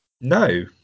No